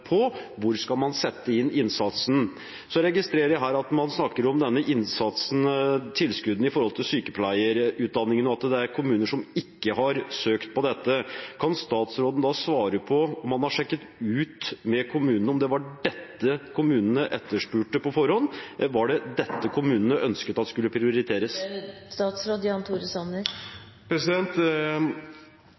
på. Hvor skal man sette inn innsatsen? Jeg registrerer her at man snakker om denne innsatsen, tilskuddene til sykepleierutdanning, og at det er kommuner som ikke har søkt om det. Kan statsråden svare på om han har sjekket ut med kommunene om det var dette kommunene etterspurte på forhånd? Var det dette kommunene ønsket at skulle prioriteres?